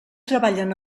treballen